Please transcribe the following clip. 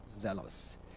zealous